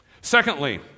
Secondly